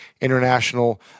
international